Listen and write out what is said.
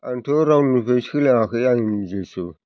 आंथ' रावनिफ्रायबो सोलोङाखै आं निजिसो